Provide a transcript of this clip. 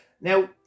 Now